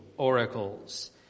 oracles